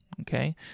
Okay